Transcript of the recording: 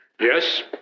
Yes